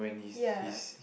ya